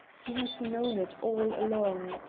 he has known it all along.